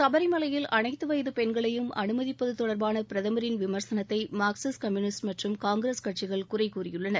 சபரிமலையில் அனைத்து வயது பெண்களையும் அனுமதிப்பது தொடர்பான பிரதமரின் விம்சனத்தை மார்க்சிஸ்ட் கம்பூனிஸ்ட் மற்றும் காங்கிரஸ் கட்சிகள் குறை கூறியுள்ளன